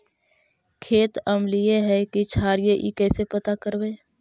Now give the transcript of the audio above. खेत अमलिए है कि क्षारिए इ कैसे पता करबै?